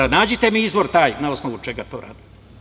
Nađite mi izvor na osnovu čega to radi.